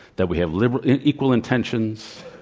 that we have liberal equal intentions,